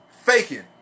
faking